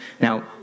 Now